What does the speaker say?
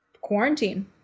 quarantine